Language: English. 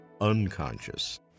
unconscious